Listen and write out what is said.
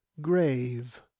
grave